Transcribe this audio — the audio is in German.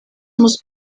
muss